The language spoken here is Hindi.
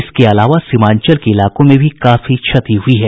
इसके अलावा सीमांचल के इलाकों में भी काफी क्षति हुयी है